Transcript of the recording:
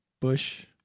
bush